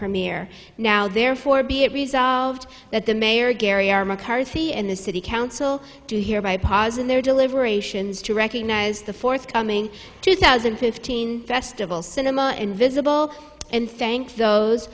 premiere now therefore be it resolved that the mayor gary r mccarthy and the city council to hear by pas in their deliberations to recognize the forthcoming two thousand and fifteen festival cinema invisible and thank those